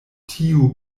tiu